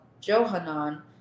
Johanan